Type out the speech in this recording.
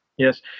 Yes